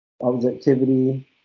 objectivity